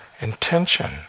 intention